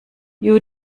you